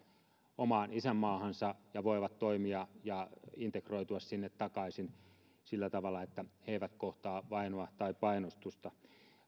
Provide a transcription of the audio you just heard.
omaan isänmaahansa ja voivat toimia ja integroitua sinne takaisin sillä tavalla että he eivät kohtaa vainoa tai painostusta